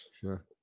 Sure